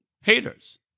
haters